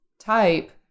type